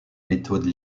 méthode